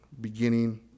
beginning